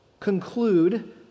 conclude